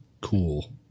cool